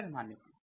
এটার মানে কি